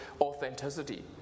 authenticity